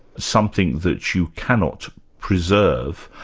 something that you cannot preserve,